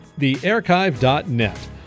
thearchive.net